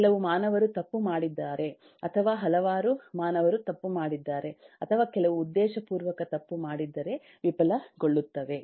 ಕೆಲವು ಮಾನವರು ತಪ್ಪು ಮಾಡಿದ್ದಾರೆ ಅಥವಾ ಹಲವಾರು ಮಾನವರು ತಪ್ಪು ಮಾಡಿದ್ದಾರೆ ಅಥವಾ ಕೆಲವು ಉದ್ದೇಶಪೂರ್ವಕ ತಪ್ಪು ಮಾಡಿದ್ದರೆ ವಿಫಲಗೊಳ್ಳುತ್ತವೆ